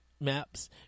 maps